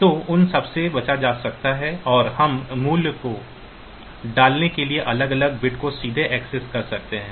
तो उन सबसे बचा जा सकता है और हम मूल्यों को डालने के लिए अलग अलग बिट्स को सीधे एक्सेस कर सकते हैं